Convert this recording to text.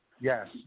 Yes